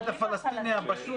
העובד הפלסטיני הפשוט